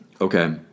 okay